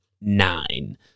Nine